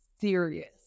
serious